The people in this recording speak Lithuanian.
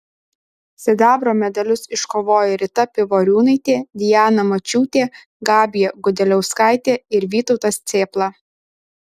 sidabro medalius iškovojo rita pivoriūnaitė diana mačiūtė gabija gudeliauskaitė ir vytautas cėpla